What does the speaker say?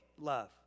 love